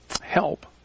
help